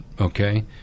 okay